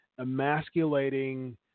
emasculating